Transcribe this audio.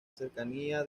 cercanía